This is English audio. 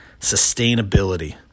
Sustainability